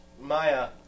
Maya